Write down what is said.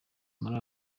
muri